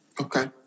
Okay